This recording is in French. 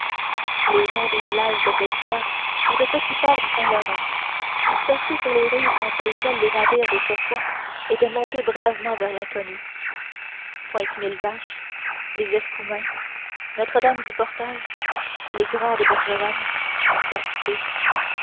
les noms de villages de pêcheurs ou de petits ports du saint-laurent dispersés sur les rives entre lesquelles les navires d'autrefois étaient montés bravement vers l'inconnu pointe mille vaches les escoumins notre dame du portage les grandes bergeronnes gaspé